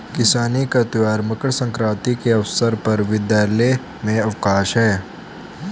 किसानी का त्यौहार मकर सक्रांति के अवसर पर विद्यालय में अवकाश है